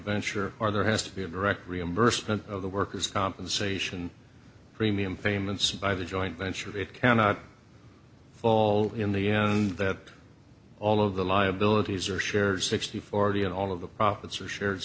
venture or there has to be a direct reimbursement of the workers compensation premium payments by the joint venture it cannot fall in the end that all of the liabilities are shared sixty forty and all of the profits are shared